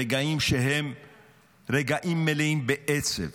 ברגעים שהם רגעים מלאים בעצב